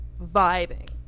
vibing